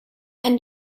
and